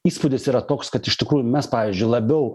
įspūdis yra toks kad iš tikrųjų mes pavyzdžiui labiau